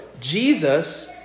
Jesus